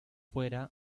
fuera